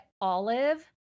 Olive